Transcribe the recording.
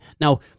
Now